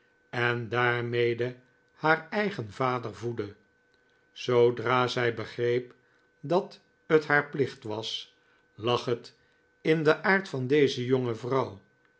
en daarmede haar eigen vader voedde zoodra zij begreep dat het haar plicht was lag het in den aard van deze jonge vrouw